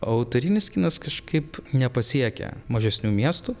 o autorinis kinas kažkaip nepasiekia mažesnių miestų